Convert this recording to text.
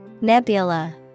Nebula